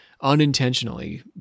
unintentionally